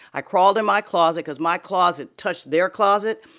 i crawled in my closet because my closet touched their closet.